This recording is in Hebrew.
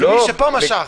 ומי שפה משך.